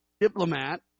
diplomat